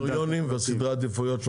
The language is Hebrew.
מה הקריטריונים וסדרי העדיפויות?